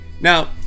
now